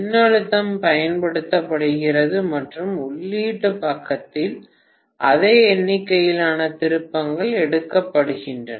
மின்னழுத்தம் பயன்படுத்தப்படுகிறது மற்றும் உள்ளீட்டு பக்கத்தில் அதே எண்ணிக்கையிலான திருப்பங்கள் எடுக்கப்படுகின்றன